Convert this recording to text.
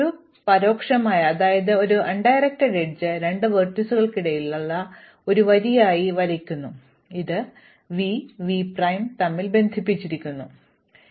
ഒരു പരോക്ഷമായ എഡ്ജ് രണ്ട് ലംബങ്ങൾക്കിടയിലുള്ള ഒരു വരിയായി വരയ്ക്കുന്നു ഇത് v v പ്രൈം ബന്ധിപ്പിച്ചിരിക്കുന്നു എന്ന വസ്തുതയെ പ്രതിനിധീകരിക്കുന്നു